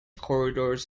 corridors